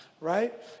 right